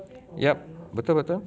yup betul betul